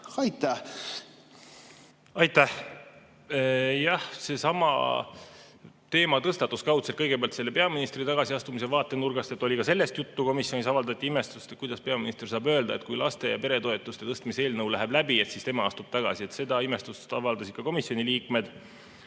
Aitäh! Jah, seesama teema tõstatus kaudselt kõigepealt sellest peaministri tagasiastumise vaatenurgast, oli ka sellest juttu. Komisjonis avaldati imestust, kuidas peaminister saab öelda, et kui laste‑ ja peretoetuste tõstmise eelnõu läheb läbi, siis tema astub tagasi. Seda imestust avaldasid ka komisjoni liikmed.